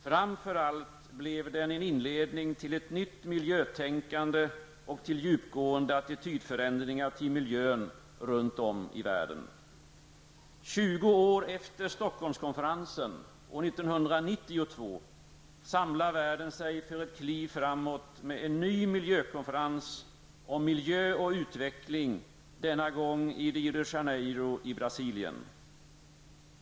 Framför allt blev den en inledning till ett nytt miljötänkande och djupgående attitydförändringar till miljön runt om i världen. samlar världen sig för ett kliv framåt med en ny miljökonferens -- om miljö och utveckling -- denna gång i Rio de Janeiro i Brasilien.